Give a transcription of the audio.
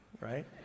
right